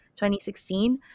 2016